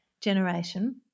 generation